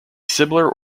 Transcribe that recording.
similar